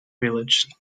village